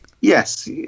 yes